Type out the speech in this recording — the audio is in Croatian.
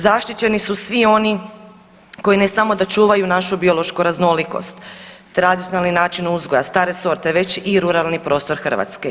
Zaštićeni su svi oni koji ne samo da čuvaju našu biološku raznolikost, tradicionalni način uzgoja, stare sorte već i ruralni prostor Hrvatske.